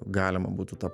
galima būtų tą